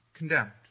condemned